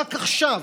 רק עכשיו.